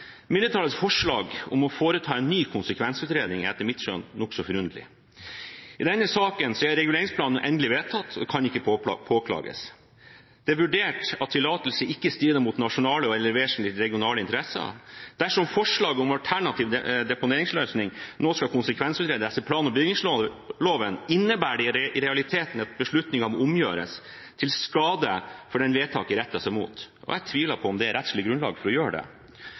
Mindretallets forslag om å foreta en ny konsekvensutredning er etter mitt skjønn nokså forunderlig. I denne saken er reguleringsplanen endelig vedtatt og kan ikke påklages. Det er vurdert at tillatelse ikke strider mot nasjonale eller vesentlige regionale interesser. Dersom forslaget om alternativ deponeringsløsning nå skal konsekvensutredes etter plan- og bygningsloven, innebærer det i realiteten at beslutningen må omgjøres, til skade for dem vedtaket retter seg mot. Jeg tviler på om det er rettslig grunnlag for å gjøre det.